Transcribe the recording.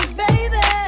baby